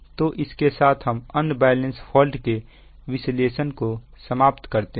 तो इसके साथ हम अनबैलेंस फॉल्ट के विश्लेषण को समाप्त करते हैं